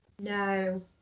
No